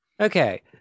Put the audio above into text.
okay